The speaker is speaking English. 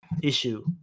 issue